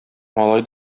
алай